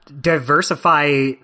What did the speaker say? diversify